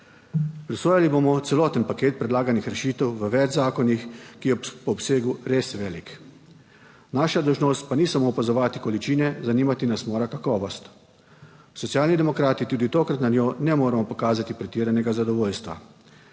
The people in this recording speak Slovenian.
Presojali bomo celoten paket predlaganih rešitev v več zakonih, ki je po obsegu res velik. Naša dolžnost pa ni samo opazovati količine, zanimati nas mora kakovost. Socialni demokrati tudi tokrat nad njo ne moremo pokazati pretiranega zadovoljstva.